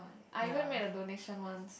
I even make a donation once